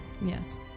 Yes